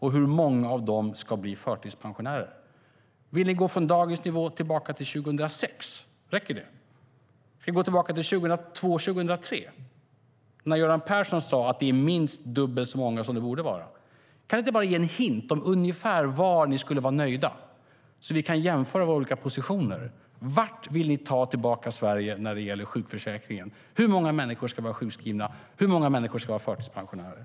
Hur många av dem ska bli förtidspensionärer? Vill ni gå från dagens nivå tillbaka till 2006 års nivå? Räcker det? Vill ni gå tillbaka till 2002-2003 när Göran Persson sade att det var minst dubbelt så många som det borde vara? Kan ni inte ge en hint om ungefär var ni skulle vara nöjda så att vi kan jämföra våra olika positioner? Vart vill ni ta tillbaka Sverige när det gäller sjukförsäkringen? Hur många människor ska vara sjukskrivna? Hur många människor ska vara förtidspensionerade?